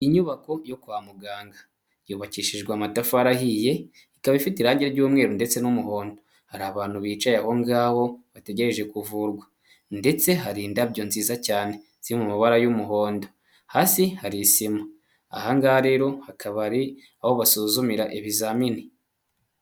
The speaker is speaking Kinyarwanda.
Inyubako yo kwa muganga yubakishijwe amatafarihiye, ikaba ifite irangi ry'umweru ndetse n'umuhondo, hakaba hari abantu bicaye aho ngaho bategereje kuvurwa ndetse hari indabyo nziza cyane, ziri mu mabara y'umuhondo hasi hari isima, ahangaha rero hakaba ari aho basuzumira ibizamini.